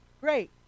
great